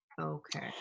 Okay